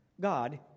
God